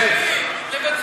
תן להם את הצ'אנס להגיב, לבצע.